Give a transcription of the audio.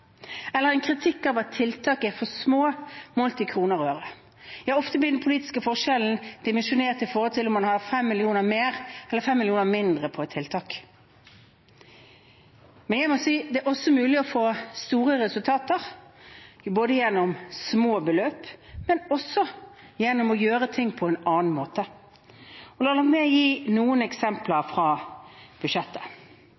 eller en kritikk av at tiltak er for små målt i kroner og øre. Ja, ofte blir den politiske forskjellen dimensjonert ut fra om man har fem millioner mer eller fem millioner mindre til et tiltak. Men jeg må si at det er også mulig å få store resultater ikke bare gjennom små beløp, men også gjennom å gjøre ting på en annen måte. La meg nå gi noen eksempler